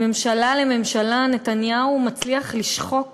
מממשלה לממשלה נתניהו מצליח לשחוק